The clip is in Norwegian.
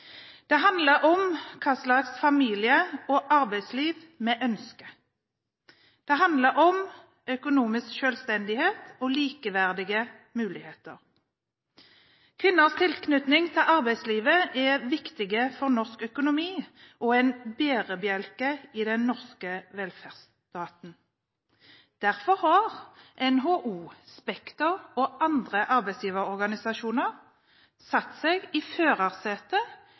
Det handler om hva slags familie- og arbeidsliv vi ønsker. Det handler om økonomisk selvstendighet og likeverdige muligheter. Kvinners tilknytning til arbeidslivet er viktig for norsk økonomi og en bærebjelke i den norske velferdsstaten. Derfor har NHO, Spekter og andre arbeidsgiverorganisasjoner satt seg i